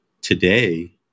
today